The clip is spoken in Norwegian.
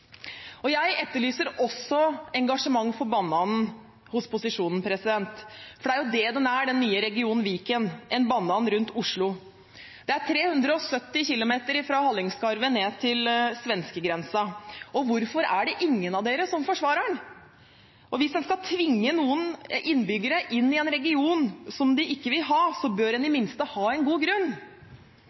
«tvang». Jeg etterlyser også engasjement for «bananen» hos posisjonen, for det er jo det den nye regionen Viken er, en «banan» rundt Oslo. Det er 370 kilometer fra Hallingskarvet ned til svenskegrensen. Hvorfor er det ingen hos posisjonen som forsvarer den? Hvis en skal tvinge noen innbyggere inn i en region som de ikke vil ha, bør en i det minste ha en god grunn.